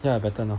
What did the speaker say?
ya better now